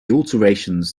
alterations